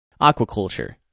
Aquaculture